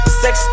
sex